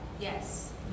Yes